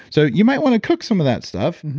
so you might want to cook some of that stuff,